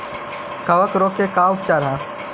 कबक रोग के का उपचार है?